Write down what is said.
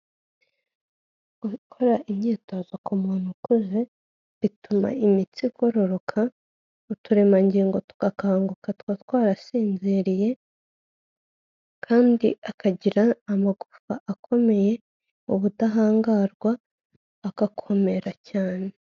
Gukora imyitozo ku muntu ukuze, bituma imitsi igorororoka, uturemangingo tugakanguka twaba twarasinziriye kandi akagira amagufa akomeye, ubudahangarwa agakomera cyane.